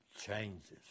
changes